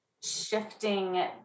shifting